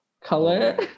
color